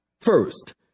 first